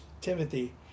Timothy